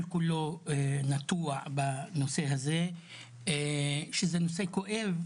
כל כולו נטוע בנושא הזה שזה נושא כואב,